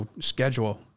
schedule